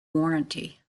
warranty